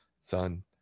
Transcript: Son